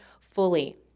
fully